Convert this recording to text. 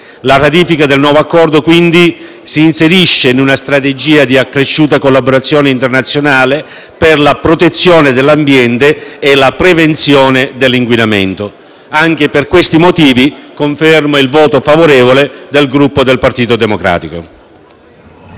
La ratifica del nuovo Accordo s'inserisce quindi in una strategia di accresciuta collaborazione internazionale per la protezione dell'ambiente e la prevenzione dell'inquinamento. Anche per questi motivi confermo il voto favorevole del Gruppo Partito Democratico.